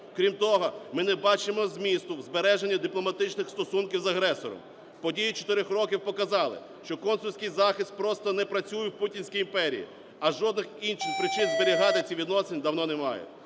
Крім того, ми не бачимо змісту в збереженні дипломатичних стосунків з агресором. Події чотирьох років показали, що консульський захист просто не працює в путінській імперії, а жодних інших причин зберігати ці відносини давно немає.